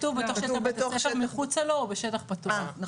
כתוב מחוצה לו או בתוך שטח פתוח.